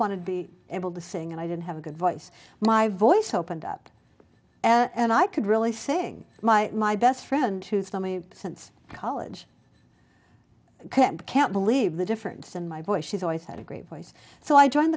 wanted to be able to sing and i did have a good voice my voice opened up and i could really saying my my best friend who saw me since college can't believe the difference in my voice she's always had a great voice so i joined